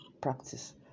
practice